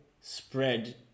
spread